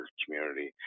community